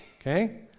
okay